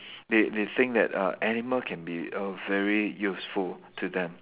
they they think that uh animals can be a very useful to them